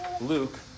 Luke